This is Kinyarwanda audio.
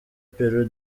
peru